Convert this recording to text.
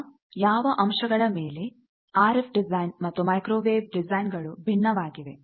ಈಗ ಯಾವ ಅಂಶಗಳ ಮೇಲೆ ಆರ್ ಎಫ್ ಡಿಸೈನ್ ಮತ್ತು ಮೈಕ್ರೋವೇವ್ ಡಿಸೈನ್ ಗಳು ಭಿನ್ನವಾಗಿವೆ